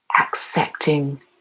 accepting